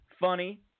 funny